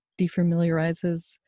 defamiliarizes